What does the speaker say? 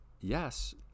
yes